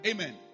Amen